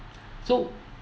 so